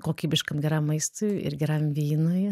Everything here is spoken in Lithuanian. kokybiškam geram maistui ir geram vynui